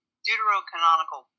deuterocanonical